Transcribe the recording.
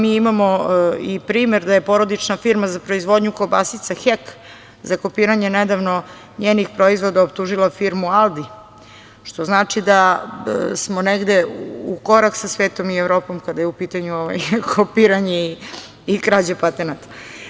Mi imamo primer da je porodična firma za proizvodnju kobasica „Hek“ za kopiranje, nedavno njenih proizvoda optužila firmu „Aldi“, što znači da smo negde u korak sa svetom i Evropom kada je u pitanju kopiranje i krađa patenata.